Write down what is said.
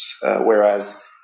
whereas